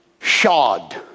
shod